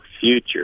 future